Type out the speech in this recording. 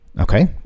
Okay